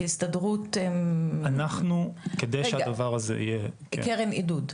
כהסתדרות -- אנחנו על מנת שהדבר הזה יהיה --- קרן עידוד,